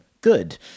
good